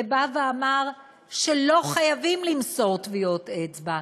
ובא ואמר שלא חייבים למסור טביעות אצבע,